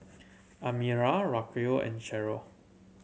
Amira Racquel and Cherelle